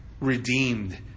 redeemed